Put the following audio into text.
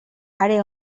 are